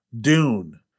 dune